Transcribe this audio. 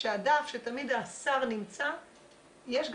שתמיד השר נמצא יש גם,